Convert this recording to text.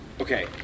Okay